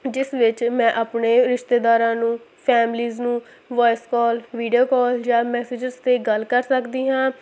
ਜਿਸ ਵਿੱਚ ਮੈਂ ਆਪਣੇ ਰਿਸ਼ਤੇਦਾਰਾਂ ਨੂੰ ਫੈਮਿਲੀਜ਼ ਨੂੰ ਵੋਇਸ ਕਾਲ ਵੀਡੀਓ ਕਾਲ ਜਾਂ ਮੈਸੇਜਸ 'ਤੇ ਗੱਲ ਕਰ ਸਕਦੀ ਹਾਂ